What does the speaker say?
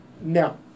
No